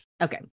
okay